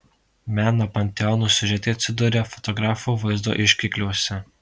meno panteonų siužetai atsiduria fotografų vaizdo ieškikliuose